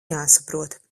jāsaprot